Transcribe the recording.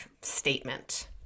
statement